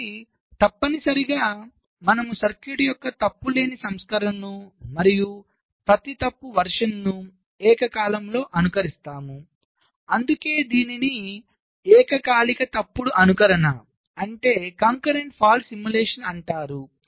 కాబట్టి తప్పనిసరిగా మనము సర్క్యూట్ యొక్క తప్పు లేని సంస్కరణను మరియు ప్రతి తప్పు వెర్షన్ను ఏకకాలంలో అనుకరిస్తాము అందుకే దీనిని ఏకకాలిక తప్పుడు అనుకరణ అంటారు